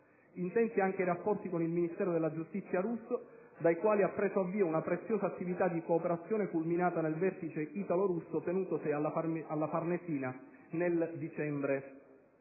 Intensi anche i rapporti con il Ministero della giustizia russo, dai quali ha preso avvio una preziosa attività di cooperazione, culminata nel Vertice italo-russo tenutosi alla Farnesina nel dicembre